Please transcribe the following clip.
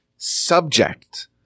subject